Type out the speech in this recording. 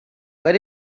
what